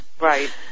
Right